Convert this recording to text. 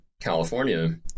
California